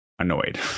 annoyed